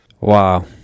Wow